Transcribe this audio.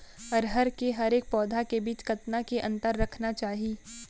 अरहर के हरेक पौधा के बीच कतना के अंतर रखना चाही?